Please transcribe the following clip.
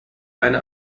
eine